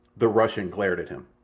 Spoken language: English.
the russian glared at him.